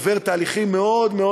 היום אדריכל צעיר עובר תהליכים מאוד מאוד